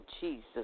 Jesus